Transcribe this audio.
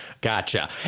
gotcha